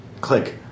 Click